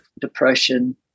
depression